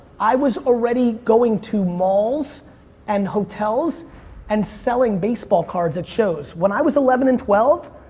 i was already going to malls and hotels and selling baseball cards at shows. when i was eleven and twelve,